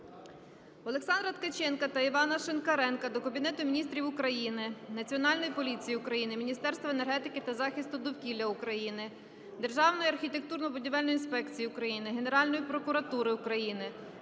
Олександра Ткаченка та Івана Шинкаренка до Кабінету Міністрів України, Національної поліції України, Міністерства енергетики та захисту довкілля України, Державної архітектурно-будівельної інспекції України, Генеральної прокуратури України